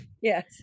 Yes